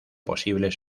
posibles